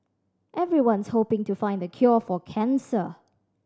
everyone's hoping to find the cure for cancer